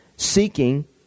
seeking